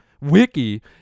Wiki